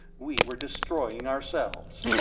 we were destroying ourselves.